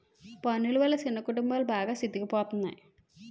పన్నులు వల్ల చిన్న కుటుంబాలు బాగా సితికిపోతున్నాయి